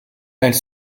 elle